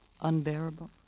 Unbearable